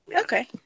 Okay